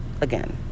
again